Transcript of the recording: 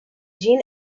jim